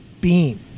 beam